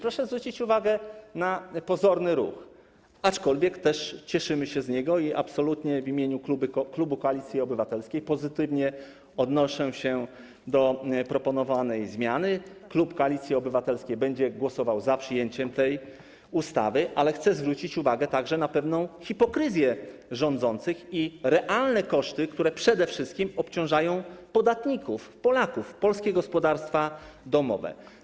Proszę więc zwrócić uwagę na pozorny ruch, aczkolwiek też cieszymy się z niego i absolutnie w imieniu klubu Koalicji Obywatelskiej pozytywnie odnoszę się do proponowanej zmiany, klub Koalicji Obywatelskiej będzie głosował za przyjęciem tej ustawy, ale chcę zwrócić uwagę także na pewną hipokryzję rządzących i realne koszty, które obciążają przede wszystkim podatników, Polaków, polskie gospodarstwa domowe.